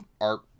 art